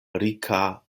rika